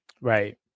Right